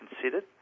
considered